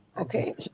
Okay